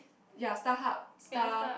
yea Starhub Star